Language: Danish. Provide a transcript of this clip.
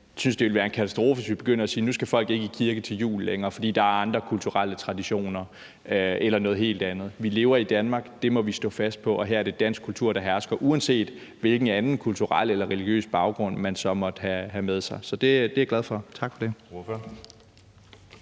synes, det ville være en katastrofe, hvis vi begyndte at sige, at nu skal folk ikke længere i kirke til jul, fordi der er andre kulturelle traditioner eller noget helt andet. Vi lever i Danmark, det må vi stå fast på, og her er det dansk kultur, der hersker, uanset hvilken anden kulturel eller religiøs baggrund man så måtte have med sig. Så det er jeg glad for – tak for det.